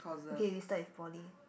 okay we start with poly